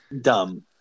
Dumb